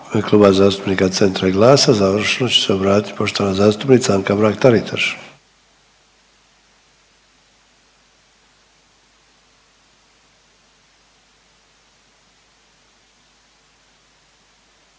Kluba zastupnika Centra i GLAS-a završno će se obratiti poštovana zastupnica Anka Mrak-Taritaš.